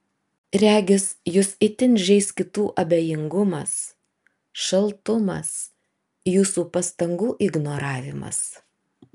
regis jus itin žeis kitų abejingumas šaltumas jūsų pastangų ignoravimas